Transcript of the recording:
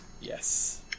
Yes